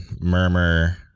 murmur